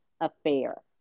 affair